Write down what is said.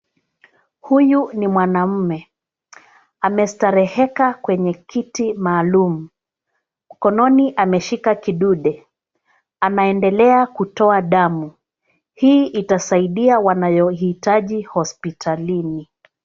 Huyu ni mwanaume. Amestareheka kwenye kiti maalum, mkononi ameshika kidunde. Anaendelea kutoa damu. Hii itaisaidia wanayoitaji hospitalini.